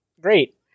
great